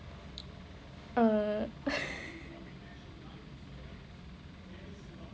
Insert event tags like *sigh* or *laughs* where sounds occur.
err *laughs*